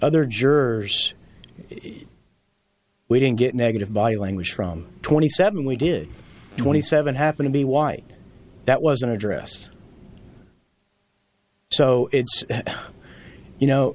other jurors we didn't get negative body language from twenty seven we did twenty seven happen to be why that wasn't addressed so you know